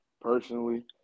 Personally